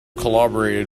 collaborated